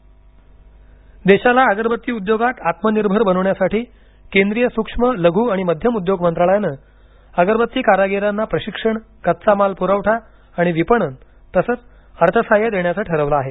अगरबत्ती उद्योग देशाला अगरबत्ती उद्योगात आत्मनिर्भर बनवण्यासाठी केंद्रीय सूक्ष्म लघु आणि मध्यम उद्योग मंत्रालयानं अगरबत्ती कारागिरांना प्रशिक्षण कच्चा माल पुरवठा आणि विपणन तसंच अर्थसाहाय्य देण्याचं ठरवलं आहे